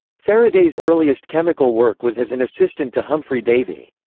faraday's earliest chemical work was as an assistant to humphry davy.